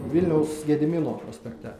vilniaus gedimino prospekte